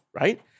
right